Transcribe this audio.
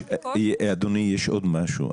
יש עוד משהו,